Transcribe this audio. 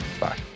Bye